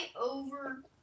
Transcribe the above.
over